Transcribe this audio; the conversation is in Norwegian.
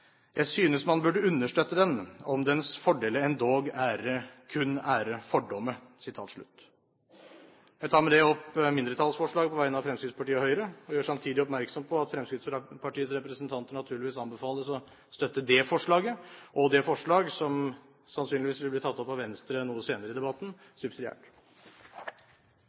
man burde understøtte den, om dens Fordele endog kun ere Fordomme.» Jeg tar med det opp mindretallsforslaget på vegne av Fremskrittspartiet og Høyre. Jeg gjør samtidig oppmerksom på at Fremskrittspartiets representanter naturligvis anbefales å støtte det forslaget, og subsidiært det forslag som antakelig vil bli tatt opp av Venstre noe senere i debatten.